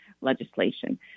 legislation